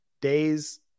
days